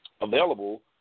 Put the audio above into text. available